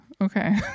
okay